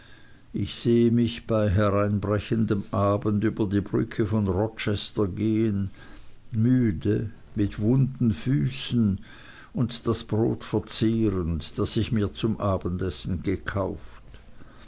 ich sehe mich bei hereinbrechendem abend über die brücke von rochester gehen müde mit wunden füßen und das brot verzehrend das ich mir zum abendessen gekauft